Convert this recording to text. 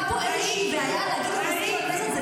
הייתה איזושהי בעיה להגיד למזכיר הכנסת?